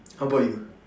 how about you